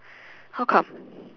how come